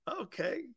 Okay